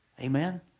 Amen